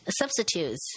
substitutes